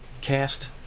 cast